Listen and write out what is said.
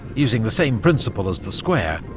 using the same principle as the square,